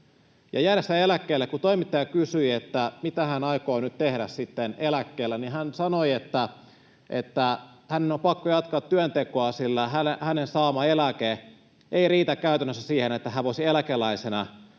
toimittaja kysyi, mitä hän aikoo nyt sitten tehdä eläkkeellä, niin hän sanoi, että hänen on pakko jatkaa työntekoa, sillä hänen saamansa eläke ei riitä käytännössä siihen, että hän voisi eläkeläisenä